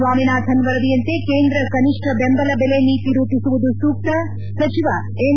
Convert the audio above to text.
ಸ್ವಾಮಿನಾಥನ್ ವರದಿಯಂತೆ ಕೇಂದ್ರ ಕನಿಷ್ಠ ಬೆಂಬಲ ಬೆಲೆ ನೀತಿ ರೂಪಿಸುವುದು ಸೂಕ್ತ ಸಚಿವ ಎನ್